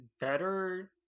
better